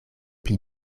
pli